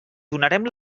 donarem